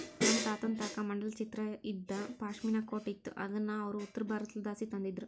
ನಮ್ ತಾತುನ್ ತಾಕ ಮಂಡಲ ಚಿತ್ರ ಇದ್ದ ಪಾಶ್ಮಿನಾ ಕೋಟ್ ಇತ್ತು ಅದುನ್ನ ಅವ್ರು ಉತ್ತರಬಾರತುದ್ಲಾಸಿ ತಂದಿದ್ರು